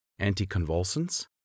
anticonvulsants